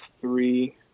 three